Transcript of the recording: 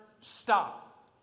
Stop